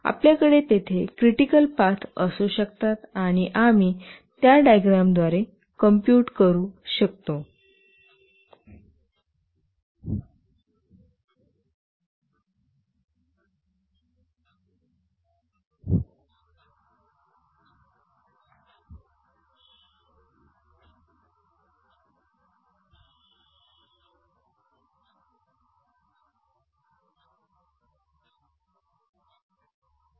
आपल्याकडे तेथे critical path असू शकतात आणि आम्ही त्या डायग्रॅमद्वारे कॉम्पूट करू शकतो